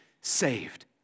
saved